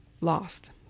lost